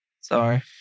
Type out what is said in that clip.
sorry